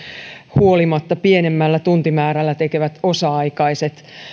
huolimatta pienemmällä tuntimäärällä tekevät osa aikaiset